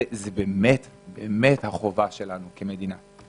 זו באמת החובה שלנו כמדינה.